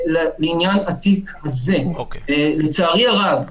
לעניין התיק הזה, לצערי הרב.